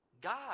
God